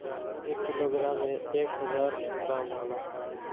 एक किलोग्राम में एक हजार ग्राम होला